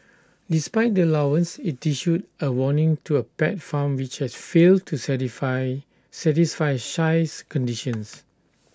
despite the allowance IT issued A warning to A pet farm which has failed to certify satisfy size conditions